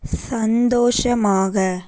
சந்தோஷமாக